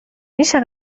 میشه